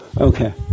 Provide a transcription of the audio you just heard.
Okay